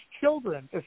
children